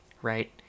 Right